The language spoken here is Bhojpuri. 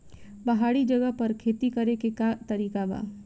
पहाड़ी जगह पर खेती करे के का तरीका बा?